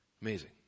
Amazing